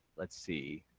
let's see,